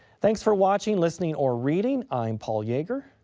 thanks for watching, listening or reading. i'm paul yeager.